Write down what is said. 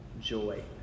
joy